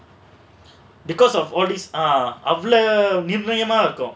because of all these ah அவ்ளோ நுண்ணியமா இருக்கும்:avlo nunniyamaa irukkum